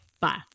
Bye